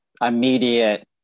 immediate